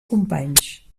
companys